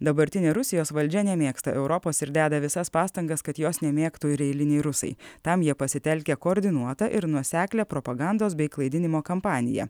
dabartinė rusijos valdžia nemėgsta europos ir deda visas pastangas kad jos nemėgtų ir eiliniai rusai tam jie pasitelkia koordinuotą ir nuoseklią propagandos bei klaidinimo kampaniją